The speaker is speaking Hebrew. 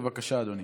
בבקשה, אדוני.